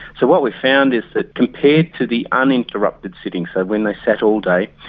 so what we've found is that compared to the uninterrupted sitting, so when they sat all day,